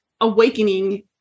awakening